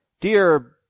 dear